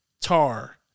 Tar